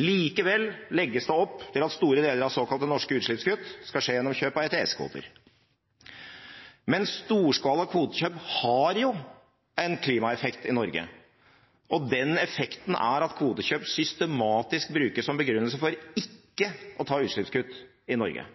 Likevel legges det opp til at store deler av såkalte norske utslippskutt skal skje gjennom kjøp av ETS-kvoter. Men storskala kvotekjøp har jo en klimaeffekt i Norge. Den effekten er at kvotekjøp systematisk brukes som begrunnelse for ikke å ta utslippskutt i Norge.